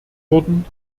worden